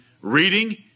reading